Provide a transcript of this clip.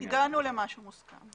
הגענו למשהו מוסכם.